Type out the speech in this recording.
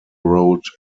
road